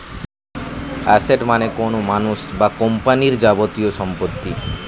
asset মানে কোনো মানুষ বা কোম্পানির যাবতীয় সম্পত্তি